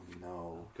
no